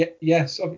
yes